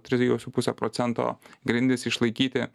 trijų su puse procento grindis išlaikyti